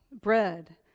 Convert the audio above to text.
bread